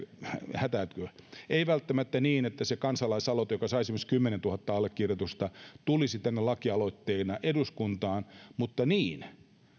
hätääntykö ei välttämättä niin että se kansalaisaloite joka saisi esimerkiksi kymmenentuhatta allekirjoitusta tulisi lakialoitteena tänne eduskuntaan mutta niin